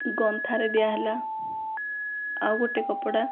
ଗନ୍ଥାରେ ଦିଆ ହେଲା ଆଉ ଗୋଟିଏ କପଡ଼ା